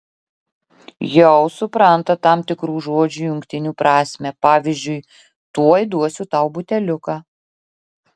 jau supranta tam tikrų žodžių jungtinių prasmę pavyzdžiui tuoj duosiu tau buteliuką